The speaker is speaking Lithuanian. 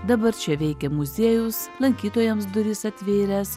dabar čia veikia muziejus lankytojams duris atvėręs